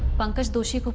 pankaj doshi,